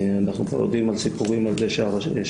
אנחנו כבר יודעים על סיפורים על זה שהאיחוד